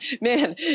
man